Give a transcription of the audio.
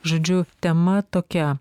žodžiu tema tokia